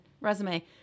resume